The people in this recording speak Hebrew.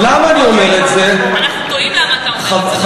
אנחנו תוהים למה אתה אומר את זה.